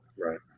Right